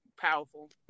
powerful